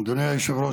אדוני היושב-ראש,